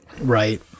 Right